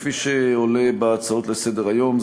כפי שעולה בהצעות לסדר-היום,